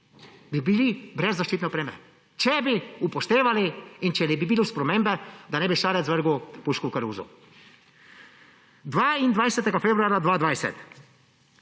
bi bili brez zaščitne opreme, če bi upoštevali in če ne bi bilo spremembe, da ne bi Šarec vrgel puško v koruzo! 22. februarja 2020: